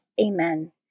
Amen